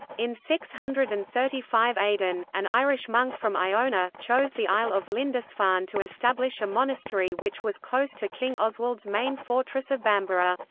in six hundred and thirty five aidan, an irish monk from iona, chose the isle of lindisfarne to establish a monastery which was close to king oswald's main fortress of bamburgh.